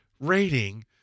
rating